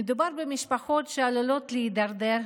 מדובר במשפחות שעלולות להידרדר לעוני.